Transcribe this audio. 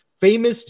Famous